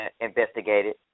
investigated